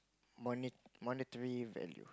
money monetary value